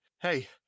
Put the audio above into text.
Hey